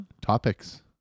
topics